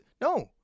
No